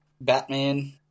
Batman